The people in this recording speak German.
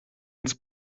uns